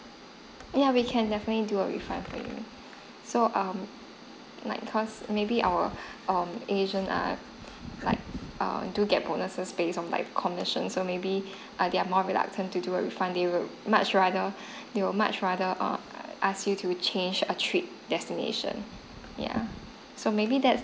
yeah we can definitely do a refund for you so um like cause maybe our um agent are like err do get bonuses based on like commission so maybe they are more reluctant to do a refund they will much rather they will much rather err ask you to change a trip destination yeah so maybe that's